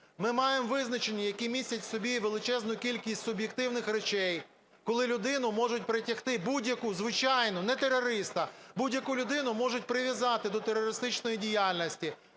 Ми маємо визначення, які містять в собі величезну кількість суб'єктивних речей, коли людину можуть притягти, будь-яку, звичайну, не терориста, будь-яку людину можуть прив'язати до терористичної діяльності.